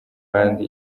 kandi